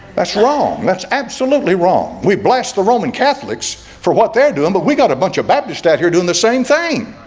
that's wrong. that's absolutely wrong. we blast the roman catholics for what they're doing but we got a bunch of baptist out here doing the same thing